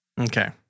Okay